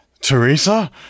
Teresa